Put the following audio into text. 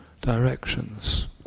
Directions